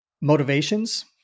motivations